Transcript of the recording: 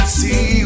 see